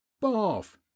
bath